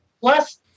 plus